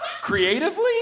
Creatively